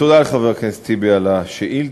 תודה לחבר הכנסת טיבי על השאילתה.